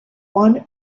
one